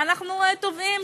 ואנחנו תובעים